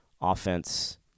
Offense